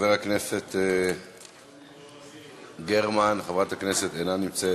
חברת הכנסת גרמן, אינה נמצאת.